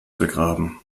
begraben